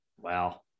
Wow